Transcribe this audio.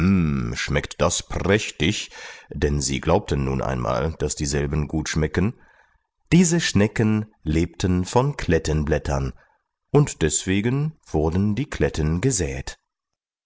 schmeckt das prächtig denn sie glaubten nun einmal daß dieselben gut schmecken diese schnecken lebten von klettenblättern und deswegen wurden die kletten gesäet